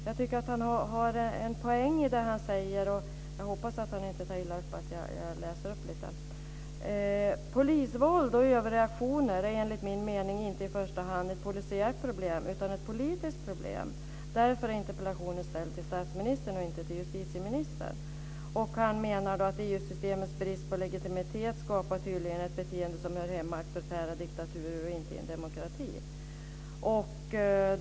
Jag tycker att han har en poäng i det han säger, och jag hoppas att han inte tar illa upp om jag läser upp lite: "Polisvåldet och överreaktionerna är enligt min mening inte i första hand ett polisiärt problem utan ett politiskt problem, därför är interpellationen ställd till statsministern och inte till justitieministern. EU systemets brist på legitimitet skapar tydligen ett beteende som hör hemma i auktoritära diktaturer och inte i en demokrati."